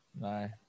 No